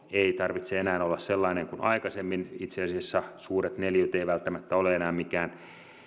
ei tarvitse enää olla sellainen kuin aikaisemmin itse asiassa suuret neliöt eivät välttämättä ole enää mikään